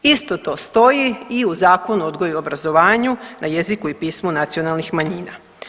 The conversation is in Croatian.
Isto to stoji i u Zakonu o odgoju i obrazovanju na jeziku i pismu nacionalnih manjina.